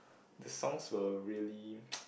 the songs were really